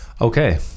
Okay